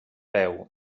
peu